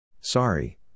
sorry